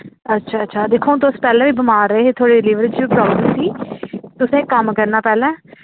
अच्छा अच्छा दिक्खो हून तुस पैह्ले बी बमार रेह् हे थोआड़े लीवर च प्रॉब्लम ही तुसें इक कम्म करना पैह्ले